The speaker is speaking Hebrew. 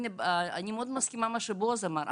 אני מאוד מסכימה עם מה שבועז אמר.